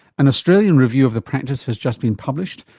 an australian review of the practice has just been published.